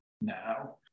now